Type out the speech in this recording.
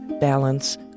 balance